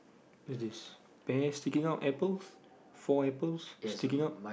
there's this pear sticking out apples four apples sticking out